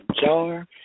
jar